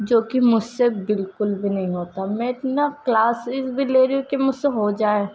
جو کہ مجھ سے بالکل بھی نہیں ہوتا میں اتنا کلاسز بھی لے رہی ہوں کہ مجھ سے ہو جائے